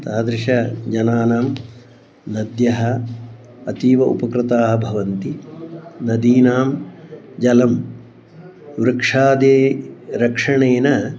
तादृशानां जनानां नद्यः अतीव उपकृताः भवन्ति नदीनां जलं वृक्षादि रक्षणेन